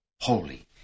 holy